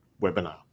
webinar